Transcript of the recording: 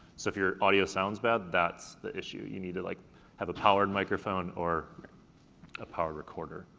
so if your audio sound's bad, that's the issue. you need to like have a powered microphone or a powered recorder.